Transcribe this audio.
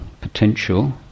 potential